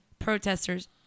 protesters